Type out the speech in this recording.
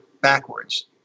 backwards